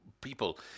people